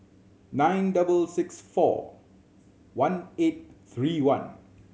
nine double six four one eight three one